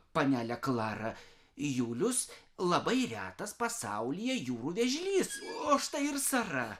panele klara julius labai retas pasaulyje jūrų vėžlys o štai ir sara